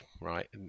right